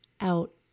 out